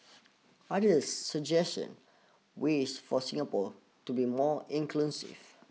others suggestion ways for Singapore to be more inclusive